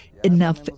Enough